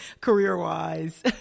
career-wise